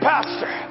Pastor